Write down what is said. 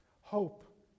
hope